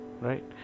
right